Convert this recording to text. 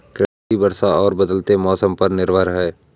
कृषि वर्षा और बदलते मौसम पर निर्भर है